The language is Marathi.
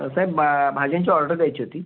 साहेब बा भाज्यांची ऑर्डर द्यायची होती